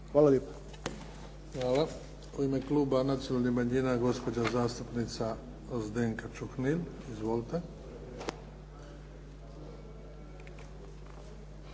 Luka (HDZ)** Hvala. U ime Kluba nacionalnih manjina, gospođa zastupnica Zdenka Čuhnil. Izvolite.